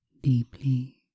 deeply